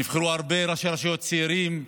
נבחרו הרבה ראשי רשויות צעירים,